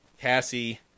Cassie